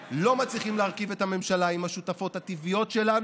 שבו לא מצליחים להרכיב את הממשלה עם השותפות הטבעיות שלנו,